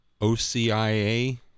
OCIA